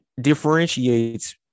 differentiates